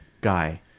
guy